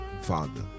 Father